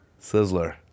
Sizzler